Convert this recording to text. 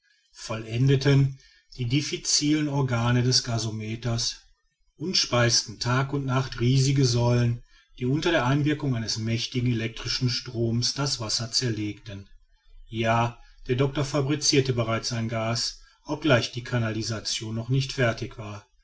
vollendeten die difficilen organe des gasometers und speisten tag und nacht riesige säulen die unter der einwirkung eines mächtigen elektrischen stroms das wasser zerlegten ja der doctor fabricirte bereits sein gas obgleich die canalisation noch nicht fertig war